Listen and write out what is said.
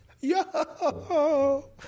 Yo